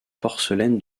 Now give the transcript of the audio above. porcelaines